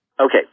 Okay